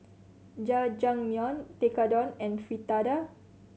Jajangmyeon Tekkadon and Fritada